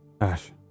ash